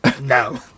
No